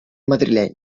madrileny